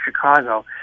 Chicago